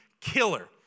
killer